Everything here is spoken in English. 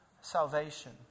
salvation